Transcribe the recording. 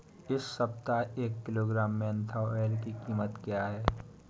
इस सप्ताह एक किलोग्राम मेन्था ऑइल की कीमत क्या है?